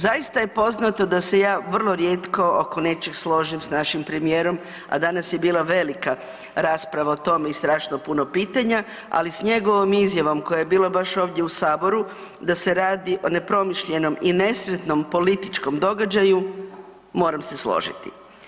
Zaista je poznato da se ja vrlo rijetko oko nečeg složim s našim premijerom, a danas je bila velika rasprava o tome i strašno puno pitanja ali s njegovom izjavom koja je bila baš ovdje u Saboru, da se radi o nepromišljenom i nesretnom političkom događaju, moram se složiti.